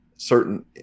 certain